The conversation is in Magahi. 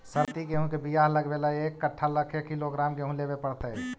सरबति गेहूँ के बियाह लगबे ल एक कट्ठा ल के किलोग्राम गेहूं लेबे पड़तै?